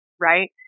Right